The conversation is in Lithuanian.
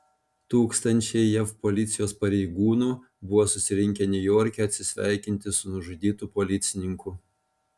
tūkstančiai jav policijos pareigūnų buvo susirinkę niujorke atsisveikinti su nužudytu policininku